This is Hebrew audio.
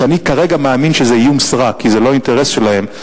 וכרגע אני מאמין שזה איום סרק כי זה לא האינטרס שלהם,